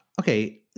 Okay